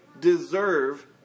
deserve